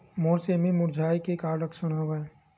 मोर सेमी मुरझाये के का लक्षण हवय?